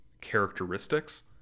characteristics